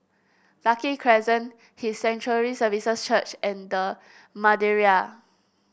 Lucky Crescent His Sanctuary Services Church and The Madeira